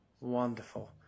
Wonderful